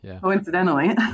Coincidentally